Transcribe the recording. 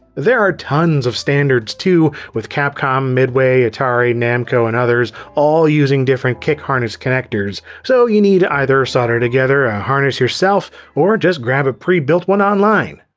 there are tons of standards too, with capcom, midway, atari, namco and others all using different kick harness connectors, so you need to either solder together a harness yourself or just grab a pre-built one online.